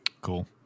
Cool